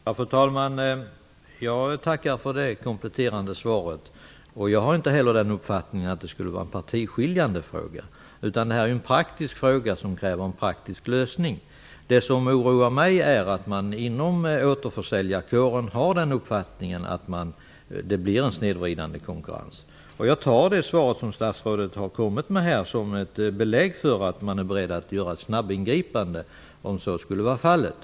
Fru talman! Jag tackar för det kompletterande svaret. Jag har inte heller den uppfattningen att det skulle vara en partiskiljande fråga, utan det här är en praktisk fråga som kräver en praktisk lösning. Det som oroar mig är att man inom återförsäljarkåren har uppfattningen att det blir en snedvridande konkurrens. Jag tar statsrådets svar som ett belägg för att man är beredd att göra ett snabbingripande om så skulle vara fallet.